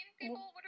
People